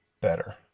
better